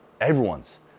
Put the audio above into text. everyone's